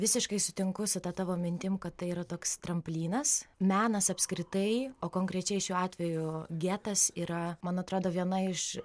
visiškai sutinku su ta tavo mintim kad tai yra toks tramplynas menas apskritai o konkrečiai šiuo atveju getas yra man atrodo viena iš